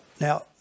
Now